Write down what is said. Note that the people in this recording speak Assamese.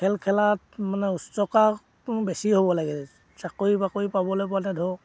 খেল খেলাত মানে উৎসাহটো বেছিয়ে হ'ব লাগে চাকৰি বাকৰি পাবলৈ কাৰণে ধৰক